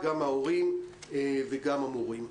גם ההורים וגם המורים.